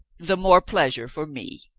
the more pleasure for me.